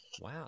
Wow